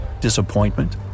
Disappointment